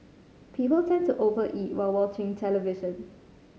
people tend to over eat while watching television